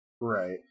Right